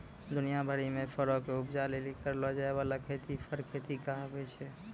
दुनिया भरि मे फरो के उपजा लेली करलो जाय बाला खेती फर खेती कहाबै छै